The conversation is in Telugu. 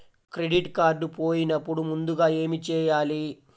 క్రెడిట్ కార్డ్ పోయినపుడు ముందుగా ఏమి చేయాలి?